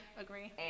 agree